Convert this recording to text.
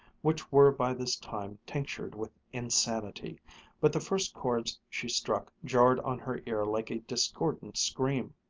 which were by this time tinctured with insanity but the first chords she struck jarred on her ear like a discordant scream.